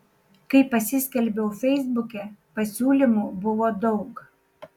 kai pasiskelbiau feisbuke pasiūlymų buvo daug